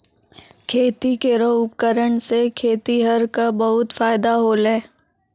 खेती केरो उपकरण सें खेतिहर क बहुत फायदा होलय